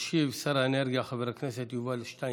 לאחר מכן ישיב שר האנרגיה חבר הכנסת יובל שטייניץ.